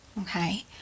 Okay